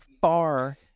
far